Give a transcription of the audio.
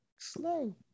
Slow